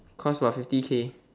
cost about fifty k